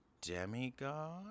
demigod